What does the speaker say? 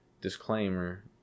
disclaimer